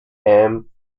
crane